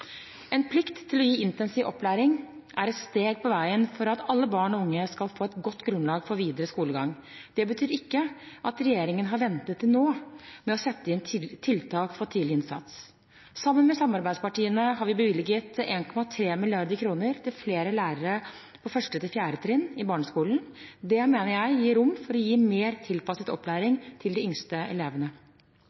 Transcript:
En plikt til å gi intensiv opplæring er et steg på veien for at alle barn og unge skal få et godt grunnlag for videre skolegang. Det betyr ikke at regjeringen har ventet til nå med å sette inn tiltak for tidlig innsats. Sammen med samarbeidspartiene har vi bevilget 1,3 mrd. kr til flere lærere på 1.–4. trinn i barneskolen. Det mener jeg gir rom for å gi mer tilpasset opplæring til de yngste elevene.